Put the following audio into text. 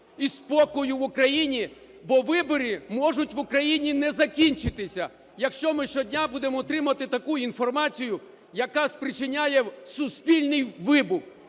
і спокою в Україні. Бо вибори можуть в Україні не закінчитися, якщо ми щодня будемо отримувати таку інформацію, яка спричиняє суспільний вибух.